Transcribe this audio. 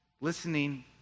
Listening